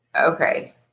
Okay